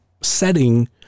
setting